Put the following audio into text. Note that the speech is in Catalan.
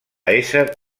ésser